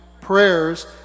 prayers